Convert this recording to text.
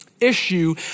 issue